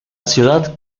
ciudad